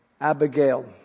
Abigail